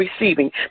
receiving